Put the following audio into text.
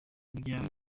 ibyawe